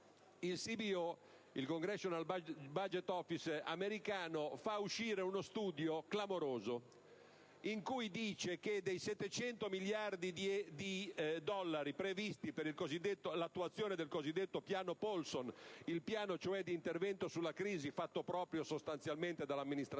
il CBO, *Congressional Budget Office* americano, fa uscire uno studio clamoroso in cui dice che dei 700 miliardi di dollari di spesa previsti per l'attuazione del cosiddetto piano Paulson, il piano cioè di intervento sulla crisi fatto proprio sostanzialmente dall'amministrazione